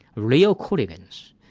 real hooligans.